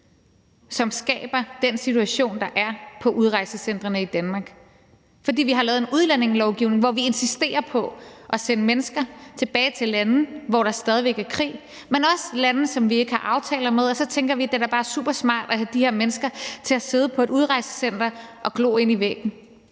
som skaber den situation, der er på udrejsecentrene i Danmark. Det har vi, fordi vi har lavet en udlændingelovgivning, hvor vi insisterer på at sende mennesker tilbage til lande, hvor der stadig er krig, men også til lande, som vi ikke har aftaler med, og så tænker vi: Det er da bare supersmart at have de her mennesker til at sidde på et udrejsecenter og glo ind i væggen.